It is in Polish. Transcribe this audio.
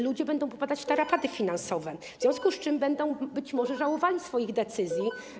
Ludzie będą popadać w tarapaty finansowe, w związku z czym będą być może żałowali swoich decyzji.